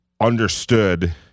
understood